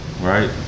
right